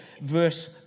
verse